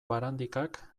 barandikak